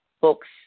books